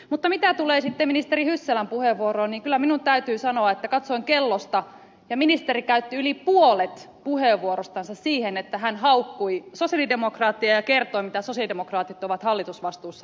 mutta mitä tulee sitten ministeri hyssälän puheenvuoroon niin kyllä minun täytyy sanoa että katsoin kellosta ja ministeri käytti yli puolet puheenvuorostansa siihen että hän haukkui sosialidemokraatteja ja kertoi mitä sosialidemokraatit ovat hallitusvastuussaan tehneet